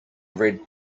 red